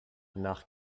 nach